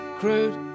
crude